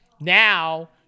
now